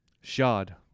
shod